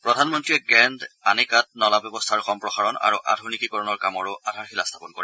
প্ৰধানমন্ত্ৰীয়ে গ্ৰেণ্ড আনিকাত নলা ব্যৱস্থাৰ সম্প্ৰসাৰণ আৰু আধুনিকীকৰণৰ কামৰো আধাৰশিলা স্থাপন কৰে